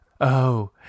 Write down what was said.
Oh